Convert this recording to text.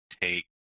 take